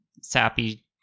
sappy